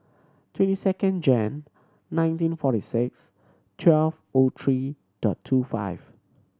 twenty second Jan nineteen forty six twelve O three dot two five